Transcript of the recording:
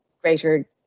greater